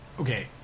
Okay